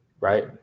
right